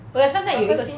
oh ya suntec 有一个